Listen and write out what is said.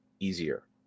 easier